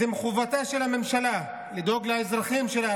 זה מחובתה של הממשלה לדאוג לאזרחים שלה,